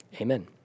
Amen